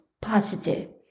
positive